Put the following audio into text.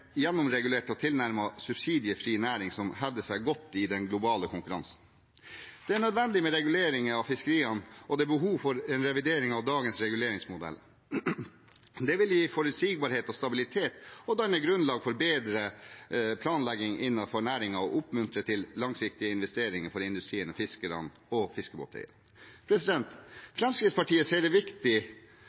gjennomregulert og tilnærmet subsidiefri næring som hevder seg godt i den globale konkurransen. Det er nødvendig med reguleringer av fiskeriene, og det er behov for en revidering av dagens reguleringsmodeller. Det vil gi forutsigbarhet og stabilitet, danne grunnlaget for bedre planlegging innen næringen og oppmuntre til langsiktige investeringer for industriene, fiskerne og fiskebåteierne. Fremskrittspartiet ser